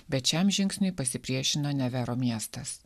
bet šiam žingsniui pasipriešino nevero miestas